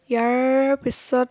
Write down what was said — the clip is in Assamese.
ইয়াৰ পিছত